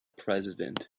president